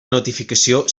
notificació